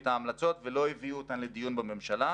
את ההמלצות ולא הביאו אותן לדיון בממשלה.